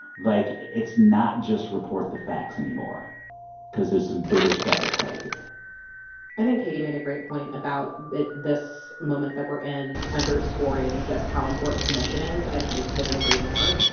like, it's not just report the facts anymore because there's some bigger stuff at play here i think katie made a great point about this moment that we're in underscoring just how important the mission is, and i couldn't agree more.